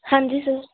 ਹਾਂਜੀ ਸਰ